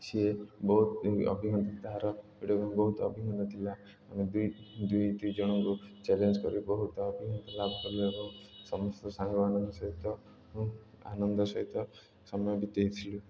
ସିଏ ବହୁତ ଅଭିଜ୍ଞତା ତାହାର ବହୁତ ଅଭିଜ୍ଞତା ଥିଲା ଆମେ ଦୁଇ ଦୁଇ ଦୁଇ ଜଣଙ୍କୁ ଚ୍ୟାଲେଞ୍ଜ କରି ବହୁତ ଅଭିଜ୍ଞତା ଲାଭ କଲୁ ଏବଂ ସମସ୍ତ ସାଙ୍ଗମାନଙ୍କ ସହିତ ଆନନ୍ଦ ସହିତ ସମୟ ବିତେଇଥିଲୁ